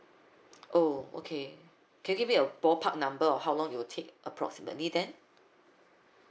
oh okay can you give me a ballpark number or how long it'll take approximately then